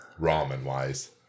ramen-wise